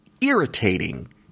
irritating